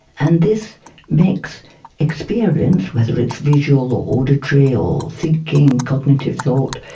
and this makes experience, whether it's visual or auditory or thinking, cognitive thought,